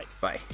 Bye